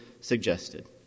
suggested